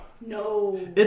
No